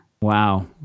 Wow